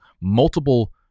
multiple